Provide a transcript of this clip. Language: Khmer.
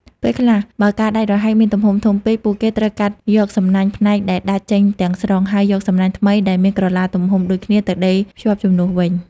ពេលខ្លះ បើការដាច់រហែកមានទំហំធំពេក ពួកគេត្រូវកាត់យកសំណាញ់ផ្នែកដែលដាច់ចេញទាំងស្រុង ហើយយកសំណាញ់ថ្មីដែលមានក្រឡាទំហំដូចគ្នាទៅដេរភ្ជាប់ជំនួសវិញ។